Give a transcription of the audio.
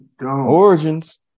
origins